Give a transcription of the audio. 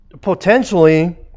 potentially